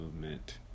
movement